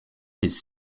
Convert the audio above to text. his